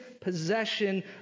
possession